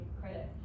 credit